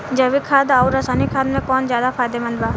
जैविक खाद आउर रसायनिक खाद मे कौन ज्यादा फायदेमंद बा?